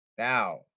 Now